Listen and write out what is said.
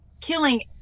killing